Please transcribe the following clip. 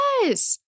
yes